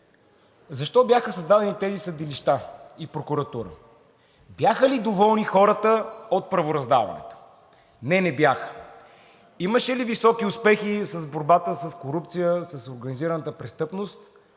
защо бяха създадени тези съдилища и прокуратура? Бяха ли доволни хората от правораздаването? Не, не бяха. Имаше ли високи успехи в борбата с корупцията, с организираната престъпност,